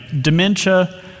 dementia